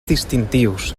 distintius